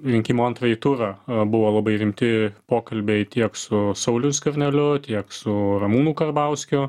rinkimų antrąjį turą buvo labai rimti pokalbiai tiek su sauliu skverneliu tiek su ramūnu karbauskiu